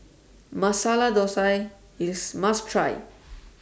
Masala Dosa IS must Try